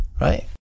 right